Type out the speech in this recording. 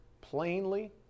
plainly